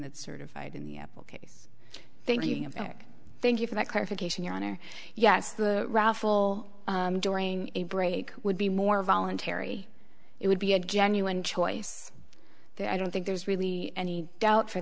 that certified in the case thinking of eric thank you for that clarification your honor yes the raffle during a break would be more voluntary it would be a genuine choice i don't think there's really any doubt for